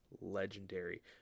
legendary